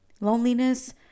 loneliness